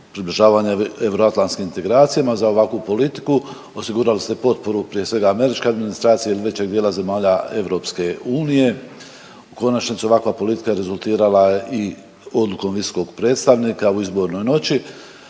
približavanjem euroatlantskim integracijama za ovakvu politiku. Osigurali ste potporu prije svega američke administracije ili većeg dijela zemalja EU. U konačnici ovakva politika je rezultirala i odlukom visokog predstavnika u izbornoj noći